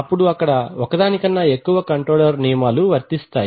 అప్పుడు అక్కడ ఒకదాని కన్నా ఎక్కువ కంట్రోల్ నియామాలు వర్తిస్తాయి